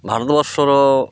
ଭାରତବର୍ଷର